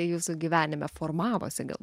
jūsų gyvenime formavosi gal